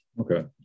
Okay